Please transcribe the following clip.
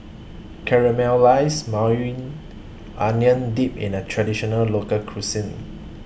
Caramelized Maui Onion Dip in A Traditional Local Cuisine